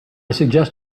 suggest